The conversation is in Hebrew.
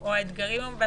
או הם בתקציב